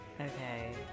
Okay